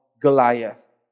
Goliath